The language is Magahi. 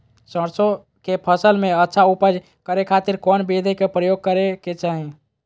सरसों के फसल में अच्छा उपज करे खातिर कौन विधि के प्रयोग करे के चाही?